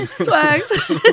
Swags